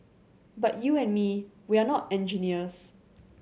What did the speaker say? but you and me we're not engineers